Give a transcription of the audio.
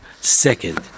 second